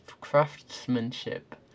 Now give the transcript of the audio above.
craftsmanship